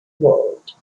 world